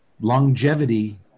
longevity